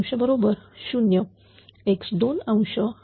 बरोबर 0 x2